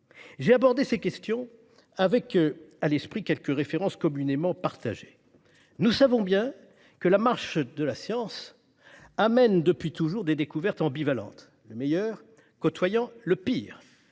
J'ai abordé ces questions avec à l'esprit quelques références communément partagées : nous savons bien que la marche de la science conduit depuis toujours à des découvertes ambivalentes, le meilleur côtoyant le pire.